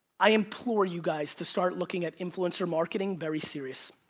i implore you guys to start looking at influencer marketing very serious.